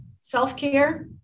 self-care